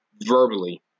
verbally